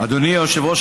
אדוני היושב-ראש,